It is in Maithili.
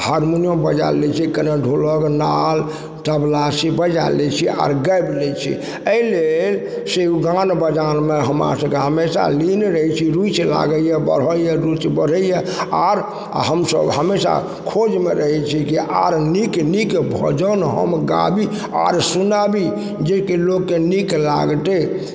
हारमोनियम बजा लै छियै कने ढोलक नाद तबला से बजा लै छियै आओर गायब लै छियै अइ लेल से गान बजानमे हमरा सबके हमेशा लीन रहय छी रूचि लागइए बढ़इए रूचि बढ़इए आओर हमसभ हमेशा खोजमे रहय छी कि आओर नीक नीक भजन हम गाबी आओर सुनाबी जे कि लोकके नीक लागतइ